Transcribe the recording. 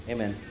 Amen